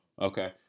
Okay